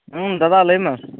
ᱫᱟᱫᱟ ᱞᱟᱹᱭᱢᱮ